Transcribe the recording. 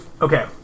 Okay